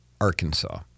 Arkansas